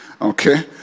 Okay